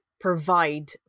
provide